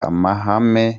amahame